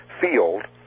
field